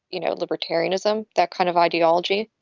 you know, libertarianism, that kind of ideology.